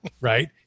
right